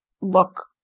look